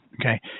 okay